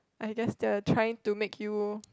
I just they are trying to make you